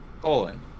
Colon